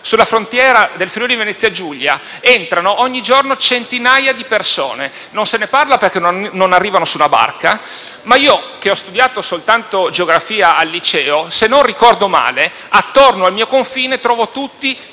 dalla frontiera del Friuli-Venezia Giulia entrano ogni giorno centinaia di persone. E non se ne parla perché non arrivano su una barca. Io, però, che ho studiato geografia al liceo credo di ricordare che intorno al mio confine si trovano tutti